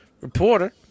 reporter